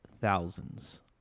thousands